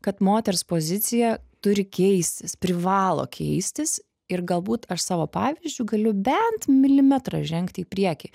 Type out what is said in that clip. kad moters pozicija turi keistis privalo keistis ir galbūt aš savo pavyzdžiu galiu bent milimetrą žengti į priekį